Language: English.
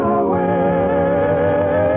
away